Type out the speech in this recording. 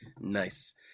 nice